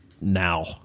now